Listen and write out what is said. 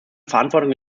verantwortung